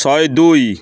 ଶହେ ଦୁଇ